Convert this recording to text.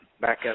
backup